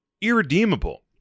irredeemable